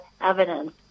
evidence